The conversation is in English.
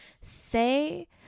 say